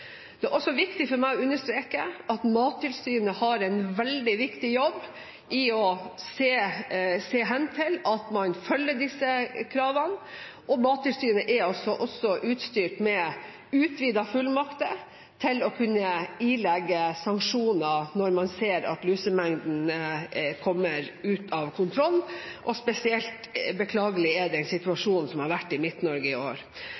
Det er også viktig for meg å understreke at Mattilsynet har en veldig viktig jobb med å se til at man følger disse kravene, og Mattilsynet er også utstyrt med utvidede fullmakter til å kunne ilegge sanksjoner når man ser at lusemengden kommer ut av kontroll. Spesielt beklagelig er den situasjonen som har vært i Midt-Norge i år.